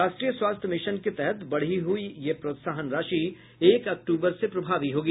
राष्ट्रीय स्वास्थ्य मिशन के तहत बढ़ी हुई यह प्रोत्साहन राशि एक अक्टूबर से प्रभावी होगी